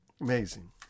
Amazing